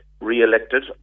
re-elected